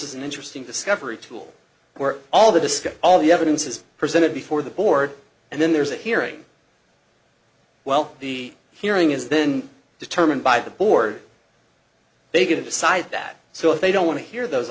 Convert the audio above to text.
is an interesting discovery tool we're all the disk of all the evidence is presented before the board and then there's a hearing well the hearing is then determined by the board they get to decide that so if they don't want to hear those